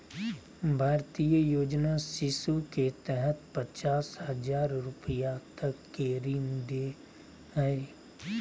भारतीय योजना शिशु के तहत पचास हजार रूपया तक के ऋण दे हइ